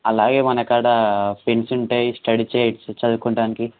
అలాగే మన కాడ పెన్స్ ఉంటాయి స్టడీ చైర్స్ చదువుకోడానికి